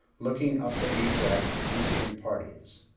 looking up the ajax for eastern parties.